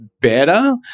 better